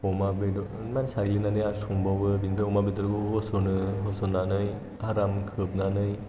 अमा बेदर ना साग्लिनानै आरो संबावो बेनिफ्राय अमा बेदरखौ होसनो होसन्नानै आराम खोबनानै